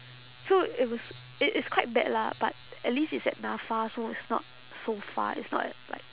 so it was it it's quite bad lah but at least it's at NAFA so it's not so far it's not at like